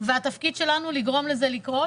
והתפקיד שלנו לגרום לזה לקרות.